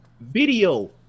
video